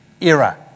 era